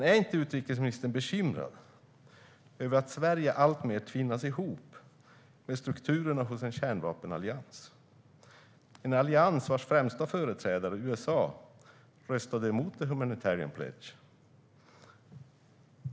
Är inte utrikesministern bekymrad över att Sverige alltmer tvinnas ihop med strukturerna hos en kärnvapenallians vars främsta företrädare, USA, röstade emot Humanitarian Pledge?